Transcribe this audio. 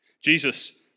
Jesus